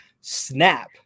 Snap